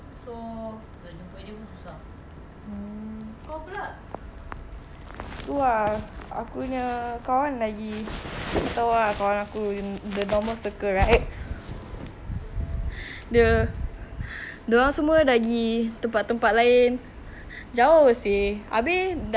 !wah! aku punya kawan lagi kau tahu ah kawan aku the normal circle right the dorang semua dah gi tempat tempat lain jauh seh abeh dah tu sekolah lain abeh nak catch up dengan dorang schedule lain